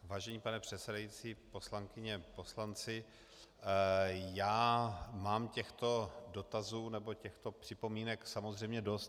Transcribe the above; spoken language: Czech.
Vážený pane předsedající, poslankyně, poslanci, já mám těchto dotazů nebo těchto připomínek samozřejmě dost.